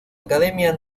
academia